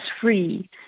free